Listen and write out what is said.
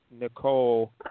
Nicole